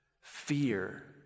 fear